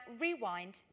rewind